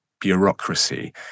bureaucracy